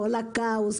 כול הכאוס,